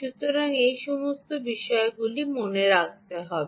সুতরাং এই সমস্ত বিষয়গুলি মনে রাখতে হবে